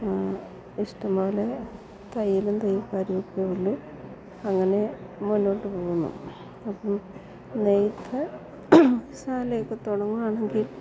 ഇഷ്ടംപോലെ തയ്യലും തയ്യൽക്കാരൊക്കെയെ ഉള്ളു അങ്ങനെ മുന്നോട്ട് പോകുന്നു അപ്പം നെയ്ത്ത് ശാലെയൊക്കെ തുടങ്ങുകയാണെങ്കിൽ